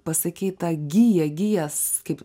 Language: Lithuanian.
pasakei ta gija gijas kaip